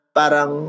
parang